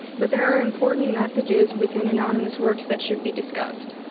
but there are important messages within anonymous works that should be discussed.